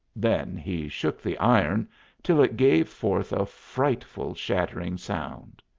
then he shook the iron till it gave forth a frightful shattering sound.